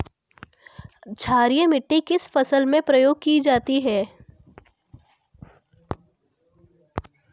क्षारीय मिट्टी किस फसल में प्रयोग की जाती है?